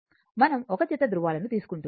మనం ఒక జత ధృవాలను తీసుకుంటున్నాము